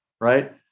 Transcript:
right